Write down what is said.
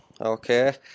Okay